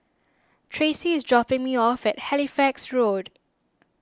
Traci is dropping me off at Halifax Road